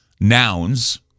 nouns